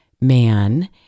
man